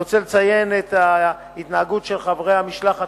אני רוצה לציין את ההתנהגות של חברי המשלחת,